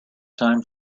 time